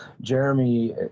Jeremy